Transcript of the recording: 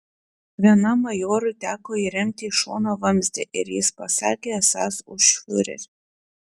vienam majorui teko įremti į šoną vamzdį ir jis pasakė esąs už fiurerį